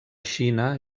xina